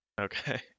Okay